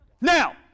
Now